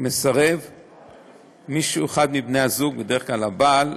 אחד מבני-הזוג, בדרך כלל הבעל,